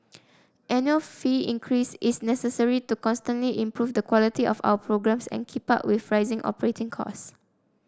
annual fee increase is necessary to constantly improve the quality of our programmes and keep up with rising operating costs